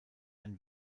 ein